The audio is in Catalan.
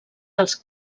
dels